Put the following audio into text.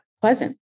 pleasant